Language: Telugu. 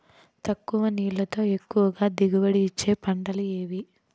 తక్కువ నీళ్లతో ఎక్కువగా దిగుబడి ఇచ్చే పంటలు ఏవి?